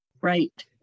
Right